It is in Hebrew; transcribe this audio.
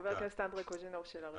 חבר הכנסת אנדרי קוז'ינוב, שאלה ראשונה.